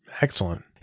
Excellent